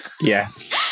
Yes